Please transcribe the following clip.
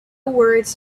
words